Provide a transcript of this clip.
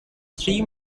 three